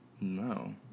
No